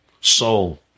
soul